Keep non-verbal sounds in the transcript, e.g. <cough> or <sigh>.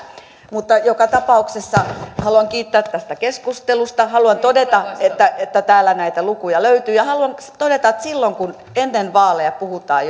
joka tapauksessa haluan kiittää tästä keskustelusta haluan todeta että että täällä näitä lukuja löytyy ja haluan todeta että silloin kun ennen vaaleja puhutaan <unintelligible>